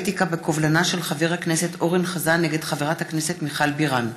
בקובלנה של חבר הכנסת אורן חזן נגד חברת הכנסת מיכל בירן,